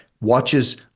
Watches